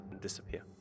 disappear